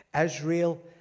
Israel